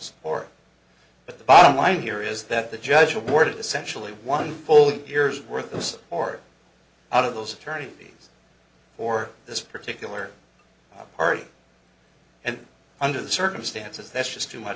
those or but the bottom line here is that the judge awarded essentially one full year's worth of those or out of those attorneys for this particular party and under the circumstances that's just too much